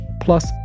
plus